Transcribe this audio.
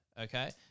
okay